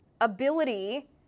ability